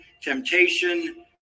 temptation